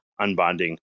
unbonding